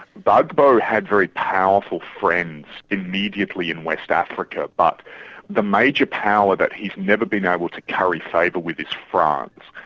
gbagbo had very powerful friends immediately in west africa, but the major power that he's never been able to curry favour with is france.